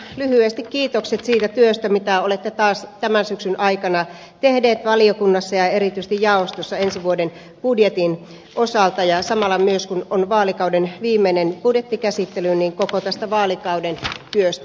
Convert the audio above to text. ensinnäkin lyhyesti kiitokset siitä työstä mitä olette taas tämän syksyn aikana tehneet valiokunnassa ja erityisesti jaostossa ensi vuoden budjetin osalta ja samalla myös kun on vaalikauden viimeinen budjettikäsittely koko tästä vaalikauden työstä